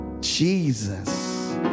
Jesus